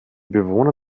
bewohner